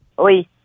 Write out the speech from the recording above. Oi